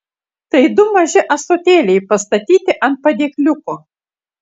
tai du maži ąsotėliai pastatyti ant padėkliuko